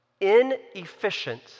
inefficient